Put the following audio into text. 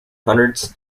hundreds